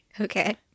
Okay